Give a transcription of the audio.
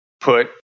put